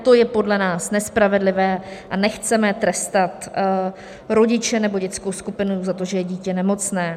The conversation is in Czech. To je podle nás nespravedlivé a nechceme trestat rodiče nebo dětskou skupinu za to, že je dítě nemocné.